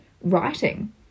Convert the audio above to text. writing